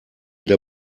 der